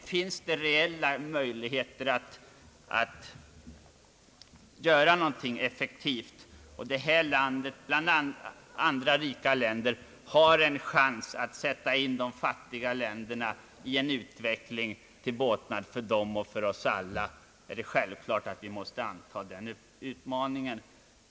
Finns det emellertid möjligheter att åstadkomma någonting effektivt — och att det här landet tillsammans med andra rika länder har en chans att medverka till en utveckling i de fattiga länderna — så är det självklart att vi måste anta den utmaningen.